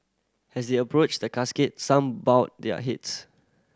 as they approached the casket some bowed their heads